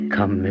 Come